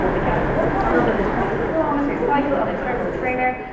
began a one hundred and twenty kilometre cycle on a turbo trainer,